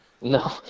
No